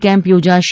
camp યોજાશે